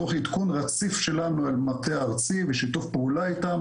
תוך עדכון רציף שלנו אל המטה הארצי ובשיתוף פעולה איתם,